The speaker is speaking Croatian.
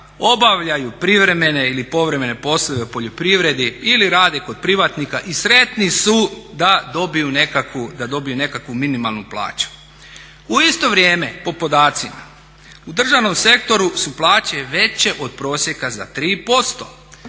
obavljaju privremene ili povremene poslove u poljoprivredi ili rade kod privatnika i sretni su da dobiju nekakvu minimalnu plaću. U isto vrijeme po podacima u državnom sektoru su plaće veće od prosjeka za 3%.